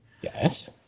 Yes